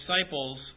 disciples